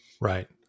Right